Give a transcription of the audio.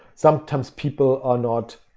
sometimes people are not